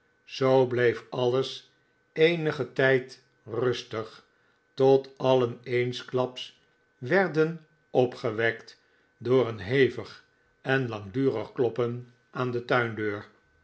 zoo bleef alles eenigen tijd rustig tot alien eensklaps werden opgewekt door een hevig en langdurig kloppen aan de